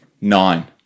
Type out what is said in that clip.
Nine